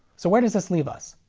so where does this leave us?